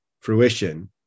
fruition